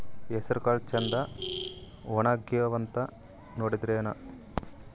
ಹೆಸರಕಾಳು ಛಂದ ಒಣಗ್ಯಾವಂತ ನೋಡಿದ್ರೆನ?